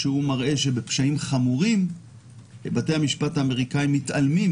שמראה שבפשעים חמורים בתי המשפט האמריקאיים מתעלמים